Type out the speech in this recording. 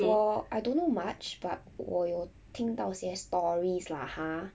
我 I don't know much but 我有听到些 stories lah ha